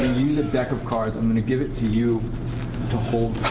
use a deck of cards. i'm going to give it to you to hold